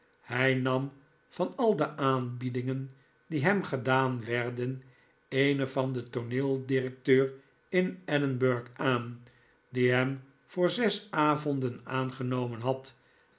hij nam van al de aanbiedingen die hem gedaan werden eene van den tooneeldirecteur in edinburg aan die hem voor zes avonden aangenomen had